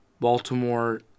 Baltimore